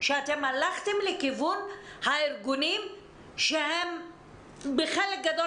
שאתם הלכתם לכיוון הארגונים שבחלק גדול